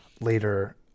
later